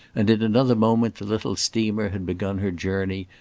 and in another moment the little steamer had begun her journey,